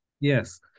Yes